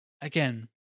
again